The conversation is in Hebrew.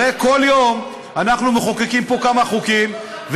הרי כל יום אנחנו מחוקקים פה כמה חוקים,